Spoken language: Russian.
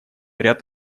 ряд